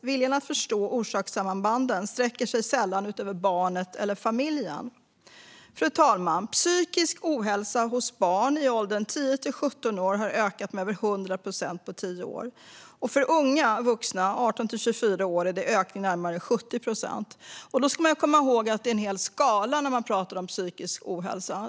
Viljan att förstå orsakssambanden sträcker sig sällan utöver barnet eller familjen. Fru talman! Psykisk ohälsa hos barn i åldrarna 10-17 år har ökat med över 100 procent på tio år. För unga vuxna, 18-24 år, är ökningen närmare 70 procent. Då ska man komma ihåg att det är en hel skala när man talar om psykisk ohälsa.